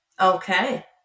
Okay